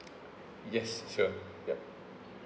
yes sure ya